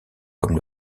comme